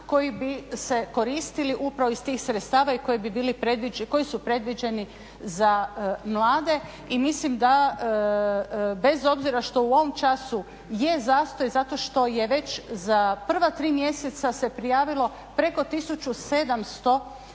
koji bi se koristili upravo iz tih sredstava i koji su predviđeni za mlade i mislim da bez obzira što u ovom času je zastoj zato što je već za prva tri mjeseca se prijavilo preko 1700 je